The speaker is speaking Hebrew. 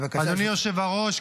אדוני היושב-ראש,